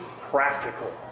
practical